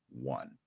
one